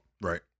Right